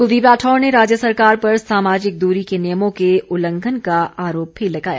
कुलदीप राठौर ने राज्य सरकार पर सामाजिक दूरी के नियमों के उल्लघंन का आरोप भी लगाया